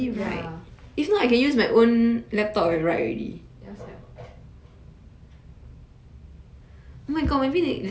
is it swipe swipe swipe ya ya sia